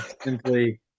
Simply